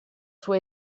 sua